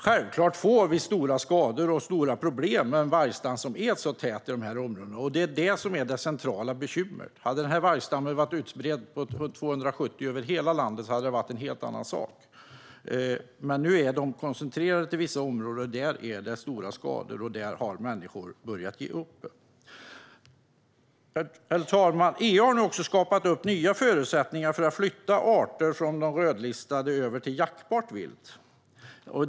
Självfallet får vi stora skador och problem med en vargstam som är så tät som den är i dessa områden. Det är detta som är det centrala bekymret. Om vargstammen hade varit 270 vargar som var utspridda över hela landet hade det varit en helt annan sak, men nu är de koncentrerade till vissa områden. Där blir det stora skador, och där har människor börjat ge upp. EU har nu skapat nya förutsättningar för att flytta arter från rödlistade till jaktbart vilt.